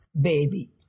baby